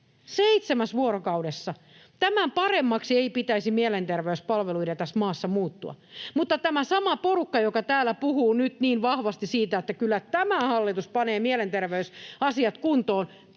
Seitsemässä vuorokaudessa, tämän paremmaksi ei pitäisi mielenterveyspalveluiden tässä maassa muuttua. Mutta tämä sama porukka, joka täällä puhuu nyt niin vahvasti siitä, että kyllä tämä hallitus panee mielenterveysasiat kuntoon,